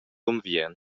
unviern